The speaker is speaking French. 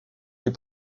les